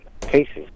cases